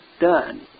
done